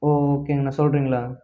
ஒ ஓகேங்கண்ணா சொல்கிறிங்களா